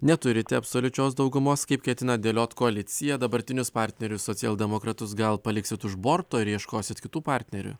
neturite absoliučios daugumos kaip ketina dėliot koaliciją dabartinius partnerius socialdemokratus gal paliksit už borto ir ieškosit kitų partnerių